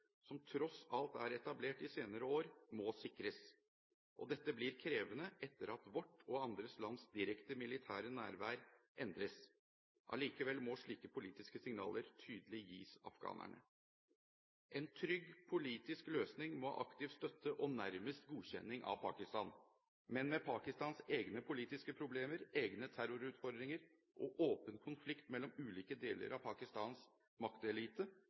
som tross alt er etablert i de senere år, må sikres. Dette blir krevende etter at vårt og andre lands direkte militære nærvær endres. Allikevel må slike politiske signaler tydelig gis afghanerne. En trygg politisk løsning må ha aktiv støtte og nærmest godkjenning av Pakistan. Men med Pakistans egne politiske problemer, egne terrorutfordringer og åpen konflikt mellom ulike deler av Pakistans maktelite er